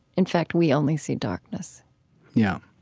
in fact, we only see darkness yeah.